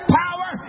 power